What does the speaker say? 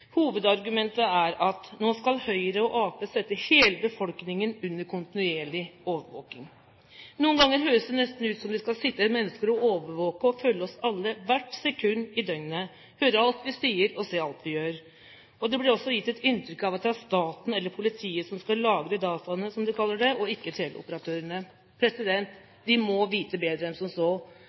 Hovedargumentet er at nå skal Høyre og Arbeiderpartiet sette hele befolkningen under kontinuerlig overvåking. Noen ganger høres det nesten ut som om det skal sitte mennesker å overvåke og følge oss alle hvert sekund i døgnet, høre alt vi sier, se alt vi gjør. Det blir også gitt et inntrykk av at det er staten eller politiet som skal lagre dataene, som de kaller det, og ikke teleoperatørene. Vi må vite bedre enn som så.